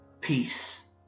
peace